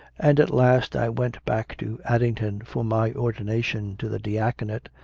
and at last i went back to adding ton for my ordination to the diaconate,